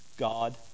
God